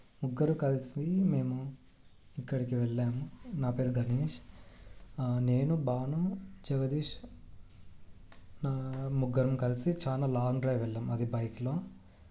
ముగ్గురు కలిసి మేము ఇక్కడికి వెళ్ళాము నా పేరు గణేష్ నేను భాను జగదీష్ ముగ్గరం కలిసి చాలా లాంగ్ డ్రైవ్ వెళ్ళాం అది బైక్లో